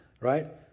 right